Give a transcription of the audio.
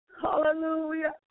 hallelujah